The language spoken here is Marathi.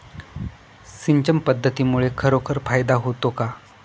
सिंचन पद्धतीमुळे खरोखर फायदा होतो का?